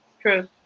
True